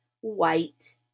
white